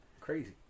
Crazy